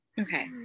Okay